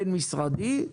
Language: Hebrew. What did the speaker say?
בין המשרדים.